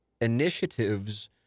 initiatives